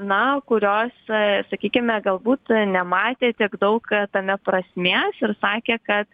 na kurios sakykime galbūt nematė tiek daug tame prasmės ir sakė kad